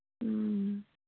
ꯎꯝ